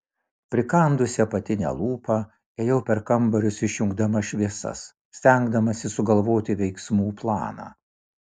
prikandusi apatinę lūpą ėjau per kambarius išjungdama šviesas stengdamasi sugalvoti veiksmų planą